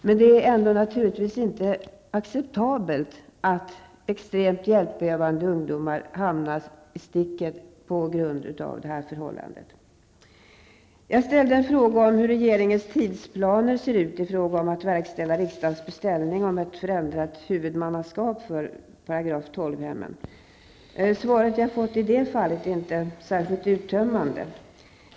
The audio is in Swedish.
Men det är naturligtvis ändå inte acceptabelt att extremt hjälpbehövande ungdomar lämnas i sticket på grund av det förhållandet. Jag ställde en fråga om hur regeringens tidsplaner ser ut i fråga om att verkställa riksdagens beställning om ett förändrat huvudmannaskap för § 12-hemmen. Svaret som jag har fått i det fallet är inte särskilt uttömmande.